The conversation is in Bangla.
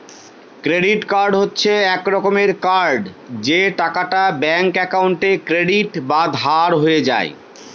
ক্রেডিট কার্ড হচ্ছে এক রকমের কার্ড যে টাকাটা ব্যাঙ্ক একাউন্টে ক্রেডিট বা ধার হয়ে যায়